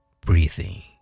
breathing